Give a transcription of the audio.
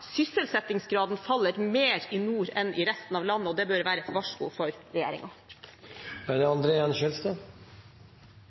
Sysselsettingsgraden faller mer i nord enn i resten av landet, og det bør være et varsko for